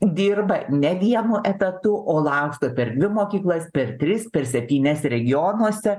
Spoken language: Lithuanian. dirba ne vienu etatu o laksto per dvi mokyklas per tris per septynias regionuose